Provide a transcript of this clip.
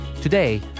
Today